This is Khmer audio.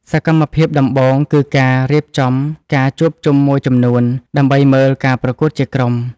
សកម្មភាពដំបូង គឺការរៀបចំការជួបជុំមួយចំនួន ដើម្បីមើលការប្រកួតជាក្រុម។